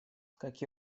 как